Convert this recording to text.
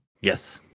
Yes